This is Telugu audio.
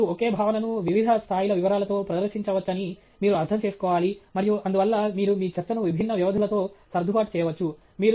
మరియు మీరు ఒకే భావనను వివిధ స్థాయిల వివరాలతో ప్రదర్శించవచ్చని మీరు అర్థం చేసుకోవాలి మరియు అందువల్ల మీరు మీ చర్చను విభిన్న వ్యవధులతో సర్దుబాటు చేయవచ్చు